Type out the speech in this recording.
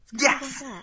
yes